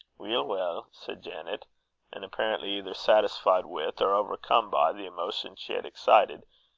weel, weel! said janet and, apparently either satisfied with or overcome by the emotion she had excited,